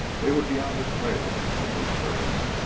they would be on the trail of the moose-herds,